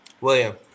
william